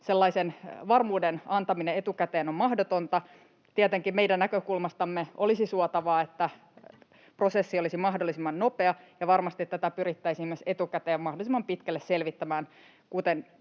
sellaisen varmuuden antaminen etukäteen on mahdotonta. Tietenkin meidän näkökulmastamme olisi suotavaa, että prosessi olisi mahdollisimman nopea, ja varmasti tätä pyrittäisiin myös etukäteen mahdollisimman pitkälle selvittämään